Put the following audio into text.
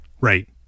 Right